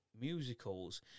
musicals